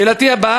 שאלתי הבאה,